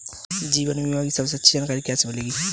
जीवन बीमा की सबसे अच्छी जानकारी कैसे मिलेगी?